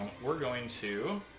we're going to